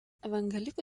evangelikų